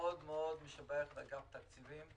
מאוד מאוד משבח את אגף התקציבים.